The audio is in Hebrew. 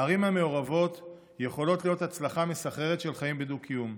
הערים המעורבות יכולות להיות הצלחה מסחררת של חיים בדו-קיום.